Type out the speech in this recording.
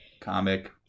Comic